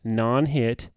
non-hit